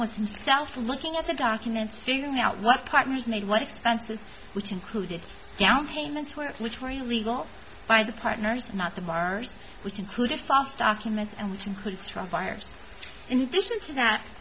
was himself looking at the documents figuring out what partners need what expenses which included down payments were which were illegal by the partners not the bars which included false documents and which includes from buyers in addition to that